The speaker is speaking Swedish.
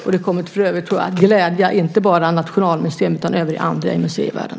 Jag tror att det kommer att glädja inte bara Nationalmuseum utan även andra i museivärlden.